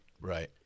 Right